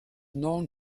known